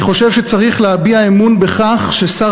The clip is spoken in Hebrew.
אני חושב שצריך להביע אמון בכך ששר